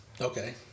okay